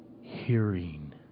hearing